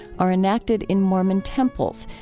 are enacted in mormon temples,